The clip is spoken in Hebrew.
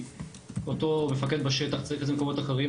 אותו מפקד בשטח צריך את זה למקומות אחרים,